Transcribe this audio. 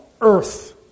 earth